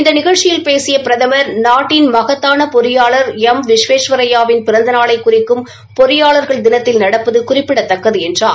இந்த நிகழ்ச்சி பேசிய பிரதமர் நாட்டின் மகத்தான பொறியாளர் எம் விஸ்வேஸ்வரய்யா வின் பிறந்த நாளை குறிக்கும் பொறியாளர்கள் தினத்தில் நடப்பது குறிப்பிடத்தக்கது என்றார்